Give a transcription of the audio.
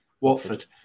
Watford